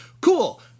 Cool